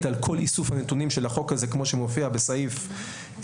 על כל איסוף הנתונים של החוק הזה כמו שמופיע בסעיף 3(ג),